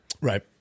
Right